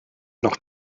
noch